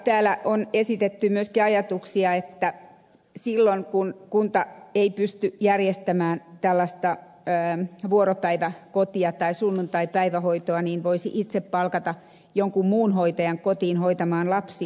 täällä on esitetty myöskin ajatuksia että silloin kun kunta ei pysty järjestämään tällaista vuoropäiväkotia tai sunnuntaipäivähoitoa voisi itse palkata jonkun muun hoitajan kotiin hoitamaan lapsia